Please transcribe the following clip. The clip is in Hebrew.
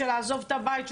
של לעזוב את הבית.